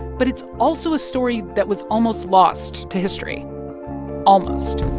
but it's also a story that was almost lost to history almost